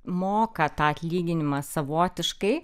moka tą atlyginimą savotiškai